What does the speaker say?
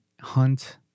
Hunt